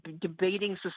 debating